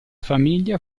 famiglia